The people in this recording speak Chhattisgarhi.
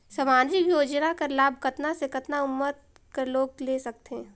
समाजिक योजना कर लाभ कतना से कतना उमर कर लोग ले सकथे?